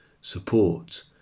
support